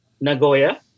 Nagoya